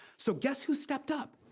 so guess who stepped up.